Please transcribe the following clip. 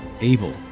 Abel